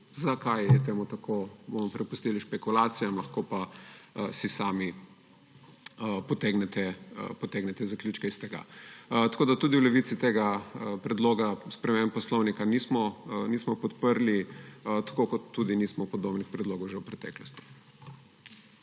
Zakaj je temu tako, bomo prepustili špekulacijam, lahko pa si sami potegnete zaključke iz tega. V Levici tega predloga sprememb Poslovnika nismo podprli, tako kot tudi nismo podobnih predlogov že v preteklosti.